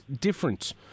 different